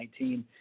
2019